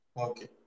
Okay